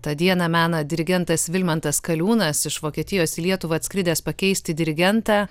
tą dieną mena dirigentas vilmantas kaliūnas iš vokietijos į lietuvą atskridęs pakeisti dirigentą